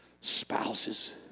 spouses